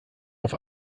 auf